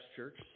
Church